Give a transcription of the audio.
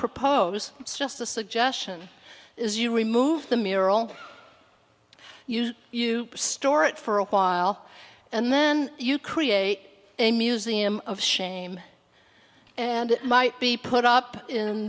propose it's just a suggestion is you remove the mural you store it for a while and then you create a museum of shame and it might be put up in